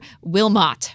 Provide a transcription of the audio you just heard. Wilmot